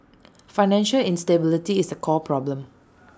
financial instability is the core problem